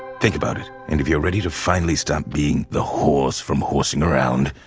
think about it. and if you're ready to finally stop being the horse from horsing around.